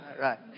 Right